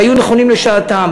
שהיו נכונים לשעתם,